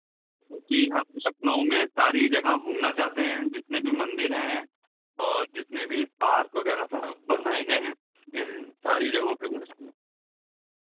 जी हम लखनऊ में सारी जगह घूमना चाहते हैं जितने भी मंदिर हैं और जितने भी पार्क वगैरह सब बनाए गए हैं इन सारी जगहों पर घूमना